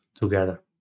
together